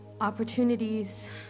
opportunities